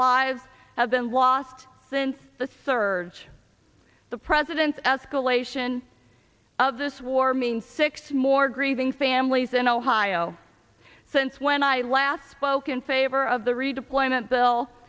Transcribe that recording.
lives have been lost since the surge the president's escalation of this war mean six more grieving families in ohio since when i last spoke in favor of the redeployment bill